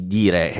dire